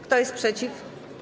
Kto jest przeciw?